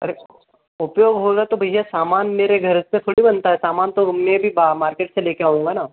अरे उपयोग होगा तो भैया सामान मेरे घर से थोड़ी बनता है सामान तो मैं भी बा मार्केट से लेकर आऊँगा ना